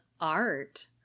art